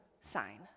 sign